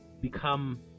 become